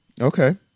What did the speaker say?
Okay